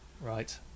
Right